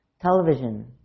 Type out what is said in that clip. television